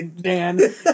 Dan